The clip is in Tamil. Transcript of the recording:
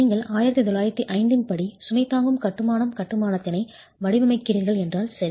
நீங்கள் 1905 இன் படி சுமை தாங்கும் கட்டுமானம் கட்டுமானத்தை வடிவமைக்கிறீர்கள் என்றால் சரி